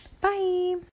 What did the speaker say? Bye